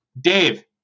Dave